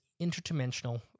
interdimensional